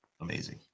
amazing